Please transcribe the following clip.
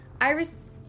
Iris